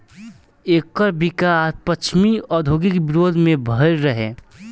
एकर विकास पश्चिमी औद्योगिक विरोध में भईल रहे